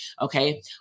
Okay